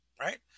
right